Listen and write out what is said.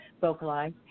vocalize